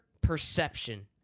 perception